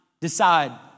Decide